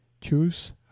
choose